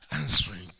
answering